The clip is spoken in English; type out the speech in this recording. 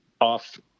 off